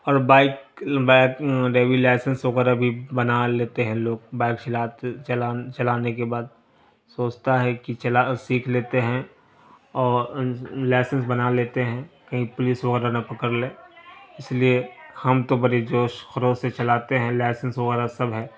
اور bike bike ڈرائیوری licence وغیرہ بھی بنا لیتے ہیں لوگ بائک چلاتے چلا چلانے کے بعد سوچتا ہے کہ چلا سیکھ لیتے ہیں اور لائسنس بنا لیتے ہیں کہیں پولیس وغیرہ نہ پکڑ لے اس لیے ہم تو بڑی جوش خروش سے چلاتے ہیں لائسنس وغیرہ سب ہے